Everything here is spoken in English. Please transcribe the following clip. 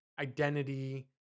identity